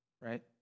right